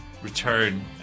Return